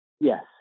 yes